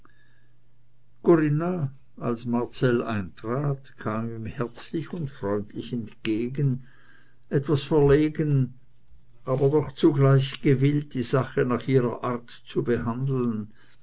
corinna als marcell eintrat kam ihm herzlich und freundlich entgegen etwas verlegen aber doch zugleich sichtlich gewillt die sache nach ihrer art zu behandeln